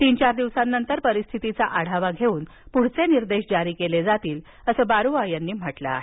तीन चार दिवसांनंतर परिस्थितीचा आढावा घेऊन पुढील निर्देश जारी केले जातील असं बारुआ यांनी म्हटलं आहे